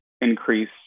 increase